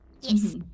Yes